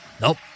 Nope